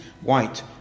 white